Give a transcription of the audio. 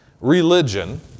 religion